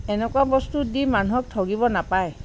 এনেকুৱা বস্তু দি মানুহক ঠগিব নাপায়